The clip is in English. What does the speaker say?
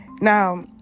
Now